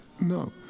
No